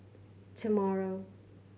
tomorrow